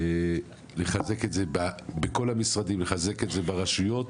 לחזק אותו בכל המשרדים, לחזק אותו ברשויות